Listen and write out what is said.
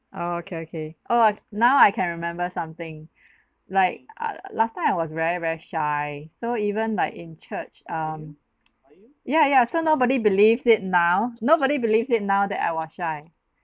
oh okay okay oh now I can remember something like uh last time I was very very shy so even like in church um yeah yeah so nobody believes it now nobody believes it now that I was shy